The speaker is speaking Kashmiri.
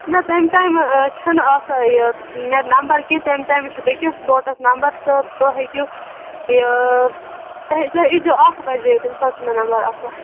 نہ تَمہِ ٹایمہِ چھَنہٕ آسان یہِ مےٚ نمبر کیٚنٛہہ تَمہِ ٹایمہٕ چھِ بیٚکِس بوٹَس نَمبَر تہٕ تُہۍ ہیٚکِو یہِ تُہۍ ییٖزیو اَکھ بَجے تَمہِ ساتہٕ چھُ مےٚ نَمبَر آسان